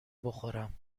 بخورم